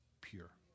pure